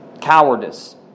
cowardice